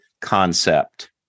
concept